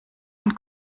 ein